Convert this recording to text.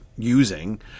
using